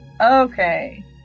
Okay